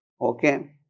Okay